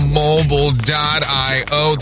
mobile.io